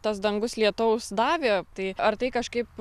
tas dangus lietaus davė tai ar tai kažkaip